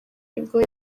nibwo